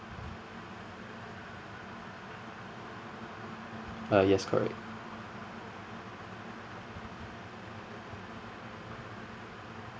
uh yes correct